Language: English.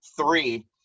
three